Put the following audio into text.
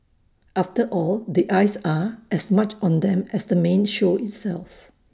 after all the eyes are as much on them as the main show itself